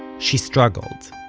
she struggled.